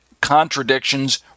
contradictions